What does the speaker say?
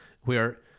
where-